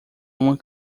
uma